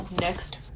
next